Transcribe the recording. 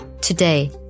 Today